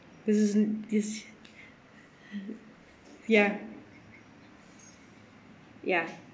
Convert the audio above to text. this isn't this ya ya